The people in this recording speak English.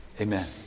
Amen